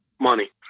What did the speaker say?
money